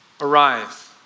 Arise